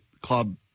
club